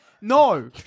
no